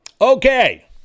Okay